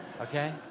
Okay